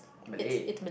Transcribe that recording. Malay